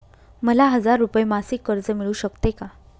मला हजार रुपये मासिक कर्ज मिळू शकते का?